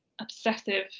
obsessive